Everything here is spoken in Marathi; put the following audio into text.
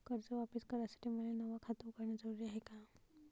कर्ज वापिस करासाठी मले नव खात उघडन जरुरी हाय का?